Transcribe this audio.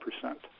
percent